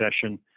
session